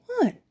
one